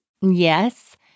Yes